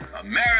America